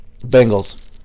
Bengals